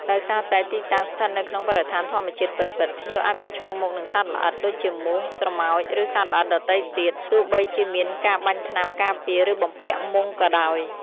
ដោយសារតែទីតាំងស្ថិតនៅក្នុងបរិស្ថានធម្មជាតិពិតៗ ភ្ញៀវអាចប្រឈមមុខនឹងសត្វល្អិត ដូចជាមូស ស្រមោច ឬសត្វល្អិតដទៃទៀត ទោះបីជាមានការបាញ់ថ្នាំការពារ ឬបំពាក់មុងក៏ដោយ។